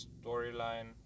storyline